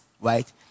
right